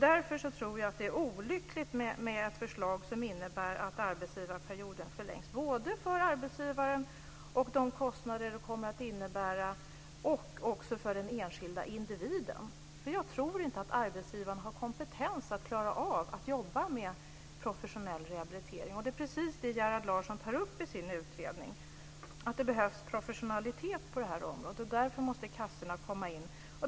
Därför tror jag att det är olyckligt för arbetsgivaren, för den enskilda individen och med tanke på de kostnader som det kommer att innebära med ett förslag som innebär att arbetsgivarperioden förlängs. Jag tror nämligen inte att arbetsgivaren har kompetens att klara av att jobba med professionell rehabilitering. Det är precis det som Gerhard Larsson tar upp i sin utredning, att det behövs professionalitet på det här området och att kassorna därför snabbt behöver komma in.